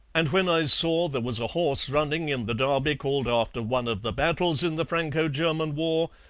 and when i saw there was a horse running in the derby called after one of the battles in the franco-german war,